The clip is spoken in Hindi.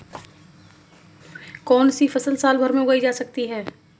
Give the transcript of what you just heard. कौनसी फसल साल भर उगाई जा सकती है?